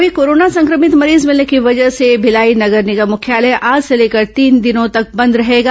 वहीं कोरोना संक्रमित मरीज भिलने की वजह से भिलाई नगर निगम मुख्यालय आज से लेकर तीन दिनों तक बंद रहेगा